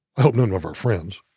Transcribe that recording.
hope none of our friends.